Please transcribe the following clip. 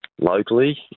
locally